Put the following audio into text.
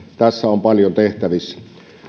tässä on paljon tehtävissä